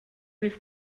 nicht